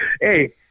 Hey